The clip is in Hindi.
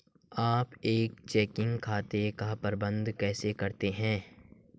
आप एक चेकिंग खाते का प्रबंधन कैसे करते हैं?